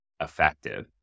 effective